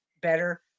better